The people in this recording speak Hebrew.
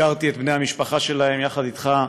הכרתי את בני המשפחה שלהם יחד אתך,